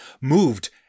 moved